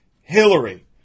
Hillary